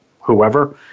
whoever